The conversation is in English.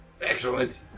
Excellent